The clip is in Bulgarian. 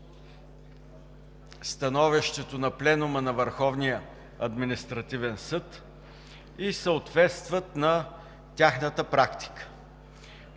становището на Пленума на Върховния административен съд и на тяхната практика.